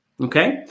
okay